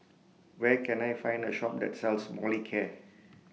Where Can I Find A Shop that sells Molicare